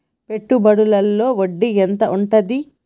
పెట్టుబడుల లో వడ్డీ ఎంత ఉంటది?